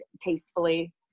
tastefully